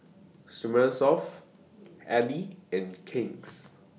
Smirnoff Elle and King's